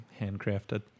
Handcrafted